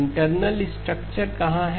internal structure कहां है